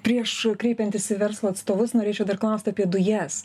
prieš kreipiantis į verslo atstovus norėčiau dar klaust apie dujas